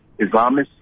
Islamists